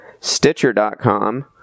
stitcher.com